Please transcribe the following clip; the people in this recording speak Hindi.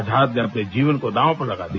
आजाद ने अपने जीवन को दांव पर लगा दिया